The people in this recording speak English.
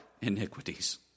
iniquities